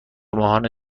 ماهانه